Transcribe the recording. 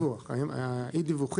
הנושא היה הדיווח, או אי-דיווחים.